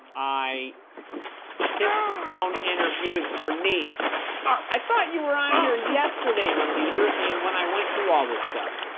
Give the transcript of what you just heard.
i tips for phone interviews bernice i thought you were on here yesterday my leader and when i went through all this stuff